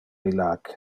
illac